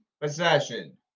possession